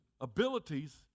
abilities